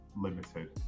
limited